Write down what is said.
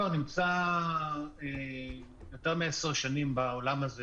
אנחנו גוף שהקמנו כבר 10 שנים מערכות,